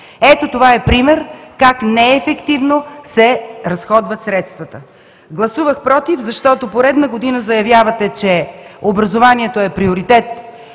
Ето това е пример как неефективно се разходват средствата. Гласувах „против“, защото поредна година заявявате, че образованието е приоритет